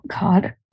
god